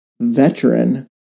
veteran